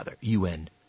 UN